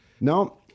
now